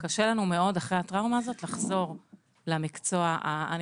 שקשה לנו מאוד לחזור למקצוע אחרי הטראומה הזאת.